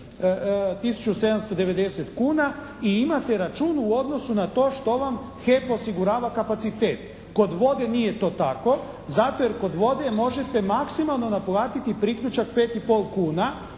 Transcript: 1790 kuna i imate račun u odnosu na to što vam HEP osigurava kapacitet. Kod vode nije to tako zato jer kod vode možete maksimalno naplatiti priključak 5 i